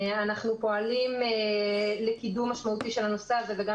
אנחנו פועלים לקידום משמעותי של הנושא הזה וגם